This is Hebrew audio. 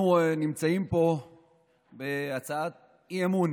אנחנו נמצאים פה בהצעת אי-אמון